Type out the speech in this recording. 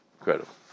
Incredible